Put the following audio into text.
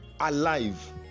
alive